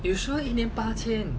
you sure you need 八千